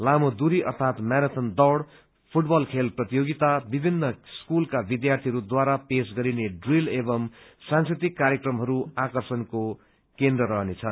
लामो दूरी अर्थात म्याराथान दौड़ फूटबल खेल प्रतियोगिता विभिन्न स्कूलका विद्यार्थीहरूद्वारा पेश गरिने ड्रील एवं सांस्कृतिक कार्यक्रमहरू आकर्षणका केन्द्र रहने छन्